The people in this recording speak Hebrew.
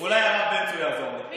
אולי הרב בן צור יעזור לי.